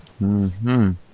-hmm